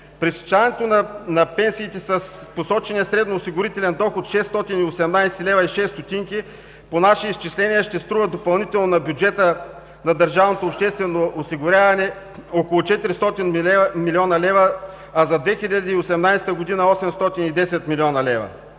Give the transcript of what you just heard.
Преизчисляването на пенсиите с посочения средноосигурителен доход 618,06 лв. по наши изчисления ще струва допълнително на бюджета на държавното обществено осигуряване около 400 млн. лв., а за 2018 г. – 810 млн. лв.